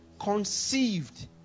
Conceived